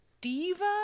diva